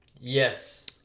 Yes